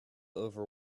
over